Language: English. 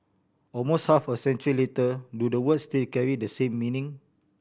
almost half a century later do the words still carry the same meaning